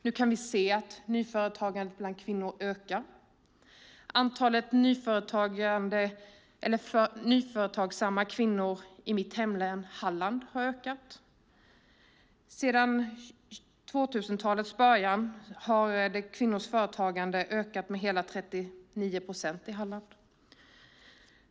Nu kan vi se att nyföretagandet bland kvinnor ökar. Antalet nyföretagsamma kvinnor i mitt hemlän Halland har ökat. Sedan 2000-talets början har kvinnors företagande ökat med hela 39 procent i Halland.